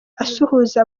asuhuza